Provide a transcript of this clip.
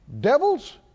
devils